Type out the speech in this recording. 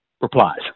replies